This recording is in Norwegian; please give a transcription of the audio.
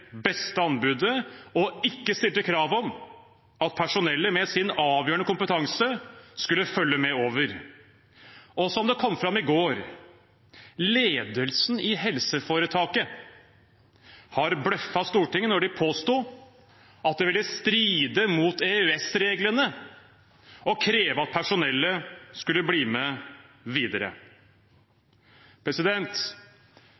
beste anbudet, og ikke stilte krav om at personellet med sin avgjørende kompetanse skulle følge med over. Og som det kom fram i går: Ledelsen i helseforetaket har bløffet Stortinget når de påsto at det ville stride mot EØS-reglene å kreve at personellet skulle bli med